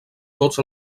tots